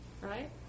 right